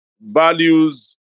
values